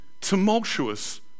tumultuous